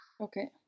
okay